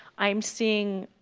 i'm seeing